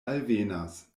alvenas